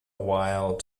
while